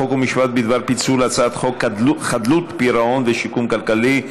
חוק ומשפט בדבר פיצול הצעת חוק חדלות פירעון ושיקום כלכלי,